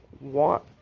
want